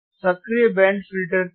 सक्रिय band filter क्या है